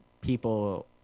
people